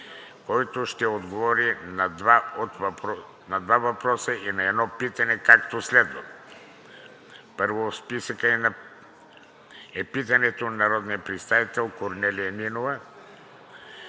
който ще отговори на два въпроса и на едно питане, както следва: първо в списъка е питането на народния представител Корнелия Нинова